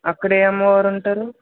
అక్కడ ఏ అమ్మవారు ఉంటారు